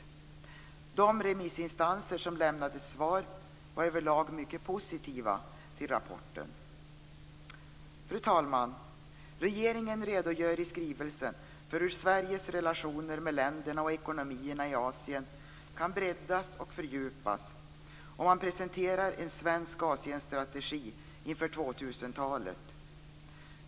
De remissinstanser som lämnade svar var överlag mycket positiva till rapporten. Fru talman! Regeringen redogör i skrivelsen för hur Sveriges relationer med länderna och ekonomierna i Asien kan breddas och fördjupas, och man presenterar en svensk Asienstrategi inför 2000-talet.